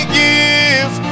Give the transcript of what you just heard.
give